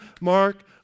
Mark